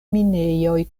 minejoj